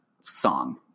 song